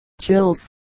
Chills